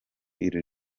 iri